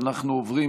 אנחנו עוברים